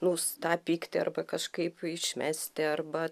nus tą pyktį arba kažkaip išmesti arba